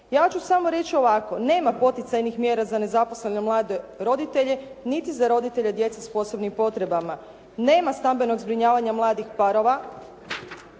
Ja ću samo reći ovako. Nema poticajnih mjera za nezaposlene mlade roditelje niti za roditelje djece s posebnim potrebama. Nema stambenog zbrinjavanja mladih parova,